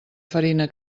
farina